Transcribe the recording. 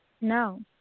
No